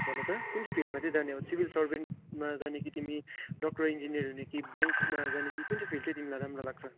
भन त कुन चाहिँ फिल्डमा चाहिँ जाने हो सिभिल सर्भेन्टमा जाने कि तिमी डाक्टर इन्जिनियर हुने कि ब्याङ्कमा जाने कि कुन चाहिँ फिल्ड चाहिँ तिमीलाई राम्रो लाग्छ